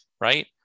right